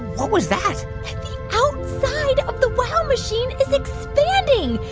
what was that? the outside of the wow machine is expanding.